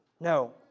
No